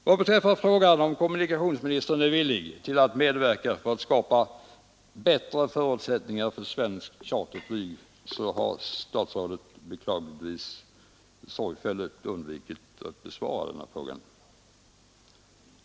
Vad beträffar frågan om kommunikationsministern är villig att medverka för att skapa bättre förutsättningar för svenskt charterflyg, så har statsrådet beklagligtvis sorgfälligt undvikit att besvara denna fråga.